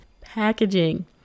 packaging